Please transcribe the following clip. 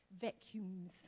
vacuums